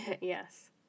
Yes